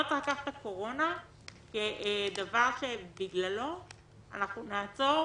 לא צריך לקחת את הקורונה כדבר שבגללו אנחנו נעצור